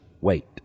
wait